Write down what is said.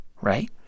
right